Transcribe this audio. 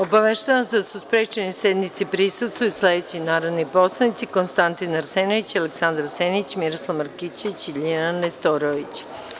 Obaveštavam vas da su sprečeni da sednici prisustvuju sledeći narodni poslanici: Konstantin Arsenović, Aleksandar Senić, Miroslav Markićević i Ljiljana Nestorović.